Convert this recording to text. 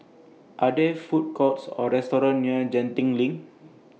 Are There Food Courts Or restaurants near Genting LINK